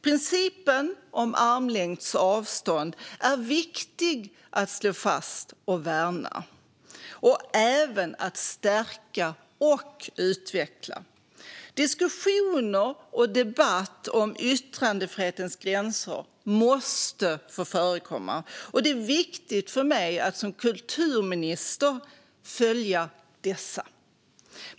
Principen om armlängds avstånd är viktig att slå fast och värna, och även att stärka och utveckla. Diskussioner och debatt om yttrandefrihetens gränser måste få förekomma, och det är viktigt för mig som kulturminister att följa dessa.